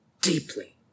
deeply